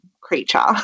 creature